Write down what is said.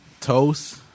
toast